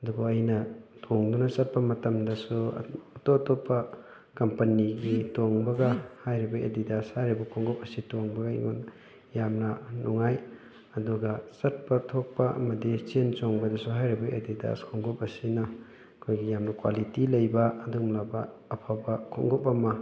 ꯑꯗꯨꯕꯨ ꯑꯩꯅ ꯇꯣꯡꯗꯨꯅ ꯆꯠꯄ ꯃꯇꯝꯗꯁꯨ ꯑꯇꯣꯞ ꯑꯇꯣꯞꯄ ꯀꯝꯄꯅꯤꯒꯤ ꯇꯣꯡꯕꯒ ꯍꯥꯏꯔꯤꯕ ꯑꯦꯗꯤꯗꯥꯁ ꯍꯥꯏꯔꯤꯕ ꯈꯣꯡꯎꯞ ꯑꯁꯤ ꯇꯣꯡꯕꯒ ꯑꯩꯉꯣꯟꯗ ꯌꯥꯝꯅ ꯅꯨꯡꯉꯥꯏ ꯑꯗꯨꯒ ꯆꯠꯄ ꯊꯣꯛꯄ ꯑꯃꯗꯤ ꯆꯦꯟ ꯆꯣꯡꯕꯗꯁꯨ ꯍꯥꯏꯔꯤꯕ ꯑꯦꯗꯤꯗꯥꯁ ꯈꯣꯡꯎꯞ ꯑꯁꯤꯅ ꯑꯩꯈꯣꯏꯒꯤ ꯌꯥꯝꯅ ꯀ꯭ꯋꯥꯂꯤꯇꯤ ꯂꯩꯕ ꯑꯗꯨꯒꯨꯝꯂꯕ ꯑꯐꯕ ꯈꯣꯡꯎꯞ ꯑꯃ